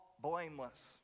blameless